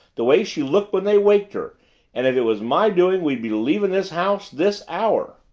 the way she looked when they waked her and if it was my doing we'd be leaving this house this hour!